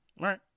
right